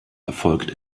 erfolgt